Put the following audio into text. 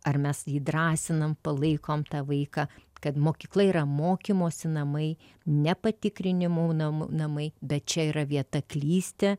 ar mes jį drąsinam palaikom tą vaiką kad mokykla yra mokymosi namai ne patikrinimų namų namai bet čia yra vieta klysti